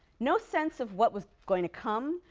no sense of what was going to come,